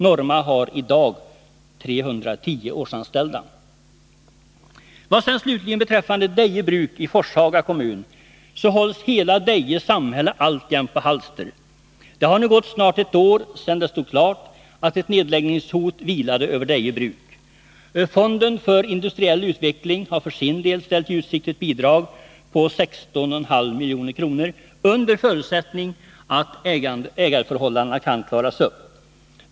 Norma har i dag 310 årsanställda. Vad sedan slutligen beträffar Deje Bruk i Forshaga kommun, så hålls hela Deje samhälle alltjämt på halster. Det har nu gått snart ett år sedan det stod klart att ett nedläggningshot vilade över Deje Bruk. Fonden för industriell utveckling har för sin del ställt i utsikt ett bidrag på 16,5 milj.kr. under förutsättning att ägarförhållandena kan klaras upp.